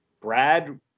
Brad